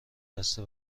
بسته